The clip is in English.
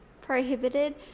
prohibited